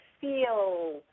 feel